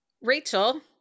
Rachel